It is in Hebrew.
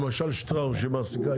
למשל שטראוס שמעסיקה,